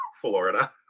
florida